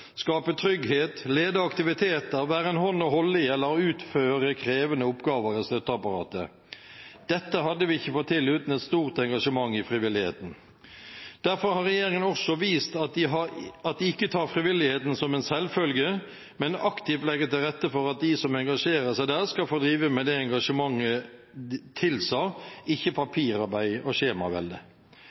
skape trygghet, lede aktiviteter, være en hånd å holde i eller utføre krevende oppgaver i støtteapparatet. Dette hadde vi ikke fått til uten et stort engasjement i frivilligheten. Derfor har regjeringen også vist at den ikke tar frivilligheten som en selvfølge, men aktivt legger til rette for at de som engasjerer seg der, skal få drive med det som engasjementet tilsa, ikke papirarbeid og